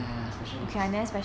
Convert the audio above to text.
ah special needs